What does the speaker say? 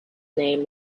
name